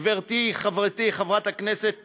גברתי, חברתי חברת הכנסת